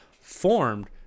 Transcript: formed